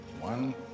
One